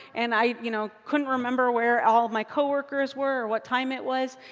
and i you know couldn't remember where all of my coworkers were or what time it was.